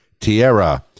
Tierra